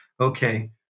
okay